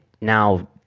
now